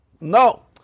No